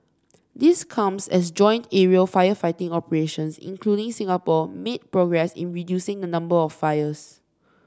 this comes as joint aerial firefighting operations including Singapore made progress in reducing the number of fires